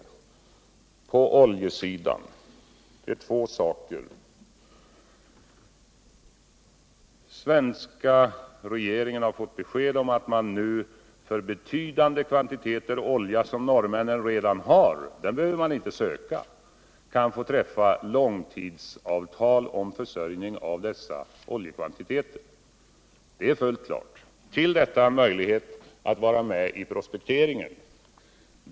I fråga om oljan gäller två saker. Svenska regeringen har fått besked om att man nu kan träffa långtidsavtal om betydande kvantiteter olja som norrmännen redan har - den behöver man inte söka. Det är fullt klart. Till detta kommer en möjlighet att vara med i prospekteringen.